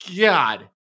god